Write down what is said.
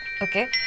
okay